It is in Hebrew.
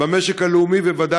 אחת.